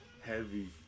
heavy